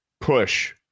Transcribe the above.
push